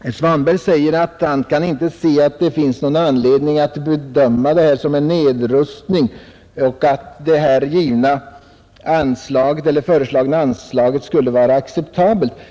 Herr talman! Herr Svanberg säger att han inte kan se att det finns någon anledning att bedöma detta som en nedrustning och att det föreslagna anslaget skulle vara acceptabelt.